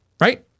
Right